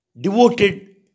devoted